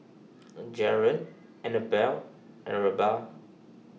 Jarret Annabell and Reba